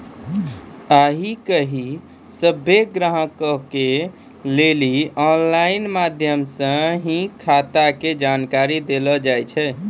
आइ काल्हि सभ्भे ग्राहको के लेली आनलाइन माध्यमो से सेहो खाता के जानकारी देलो जाय छै